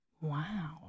wow